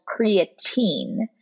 creatine